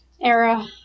era